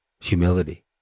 humility